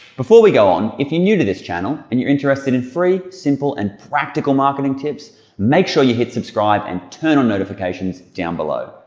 before we go on, if you're new to this channel and you're interested in free, simple, and practical marketing tips make sure you hit subscribe and turn on notifications down below,